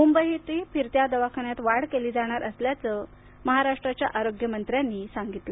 मुंबईतही फिरत्या दवाखान्यात वाढ केली जाणार असल्याचं आरोग्यमंत्र्यांनी सांगितलं